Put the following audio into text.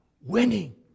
winning